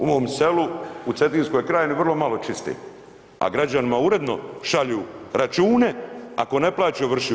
U mom selu u Cetinskoj krajini vrlo malo čiste, a građanima uredno šalju račune, ako ne plaćaju ovršuju.